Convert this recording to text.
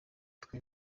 twe